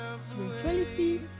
spirituality